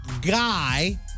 guy